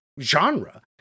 genre